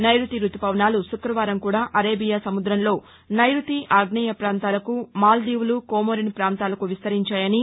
నైరుతిరుతు పవనాలు శుక్రవారం కూడా అరేబియా సముద్రంలో నైరుతి ఆగ్నేయ ప్రాంతాలకు మాల్గీపులు కోమోరిన్ పాంతాలకు విస్తరించాయని